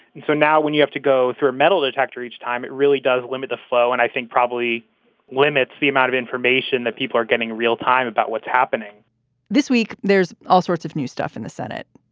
and so now when you have to go through a metal detector each time, it really does limit the flow. and i think probably limits the amount of information that people are getting real time about what's happening this week there's all sorts of new stuff in the senate,